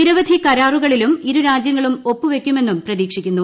നിരവധി കരാറുകളിലും ഇരുര്ലാജ്യങ്ങളും ഒപ്പുവയ്ക്കുമെന്നും പ്രതീക്ഷിക്കുന്നു